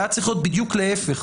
היה צריך להיות בדיוק להפך.